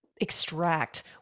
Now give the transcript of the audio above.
extract